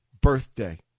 birthday